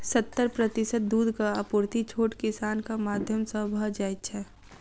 सत्तर प्रतिशत दूधक आपूर्ति छोट किसानक माध्यम सॅ भ जाइत छै